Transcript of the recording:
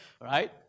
Right